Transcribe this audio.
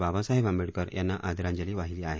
बाबासाहेब आंबेडकर यांना आदरांजली वाहिली आहे